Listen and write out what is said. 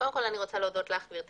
קודם כול אני רוצה להודות לך גברתי